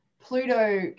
Pluto